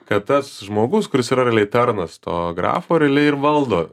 kad tas žmogus kuris yra realiai tarnas to grafo realiai ir valdo